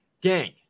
Gang